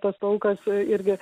tas laukas irgi